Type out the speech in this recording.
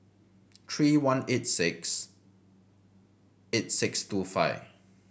three one eight six eight six two five